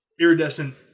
iridescent